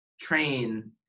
train